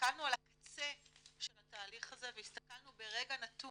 כשהסתכלנו על הקצה של התהליך הזה והסתכלנו ברגע נתון